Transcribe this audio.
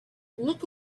couldn’t